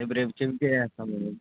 రేపు రేపు చెప్పి చేయిస్తాం మేడమ్